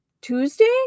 Tuesday